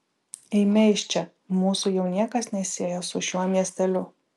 eime iš čia mūsų jau niekas nesieja su šiuo miesteliu